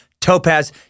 Topaz